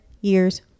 years